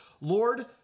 Lord